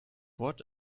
what